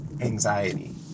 anxiety